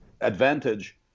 advantage